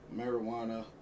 marijuana